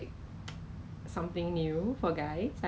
but then you say 没有 colours 的那个是